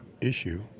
issue